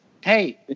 Hey